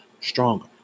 stronger